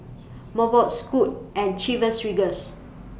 Mobot Scoot and Chivas Regal